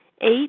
Eight